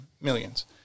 millions